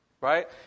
right